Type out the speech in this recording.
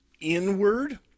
inward